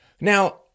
Now